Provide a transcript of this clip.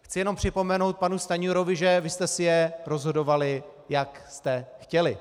Chci jen připomenout panu Stanjurovi, že vy jste si je rozhodovali, jak jste chtěli.